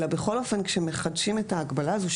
אלא בכל אופן כשמחדשים את ההגבלה הזו,